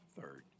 third